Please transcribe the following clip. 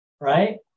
right